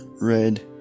Red